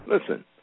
Listen